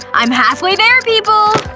i'm halfway there, people!